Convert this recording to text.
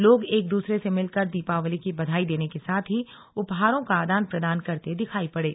लोग एकद्सरे से मिलकर दीपावली की बधाई देने के साथ ही उपहारों का आदान प्रदान करते दिखाई पड़े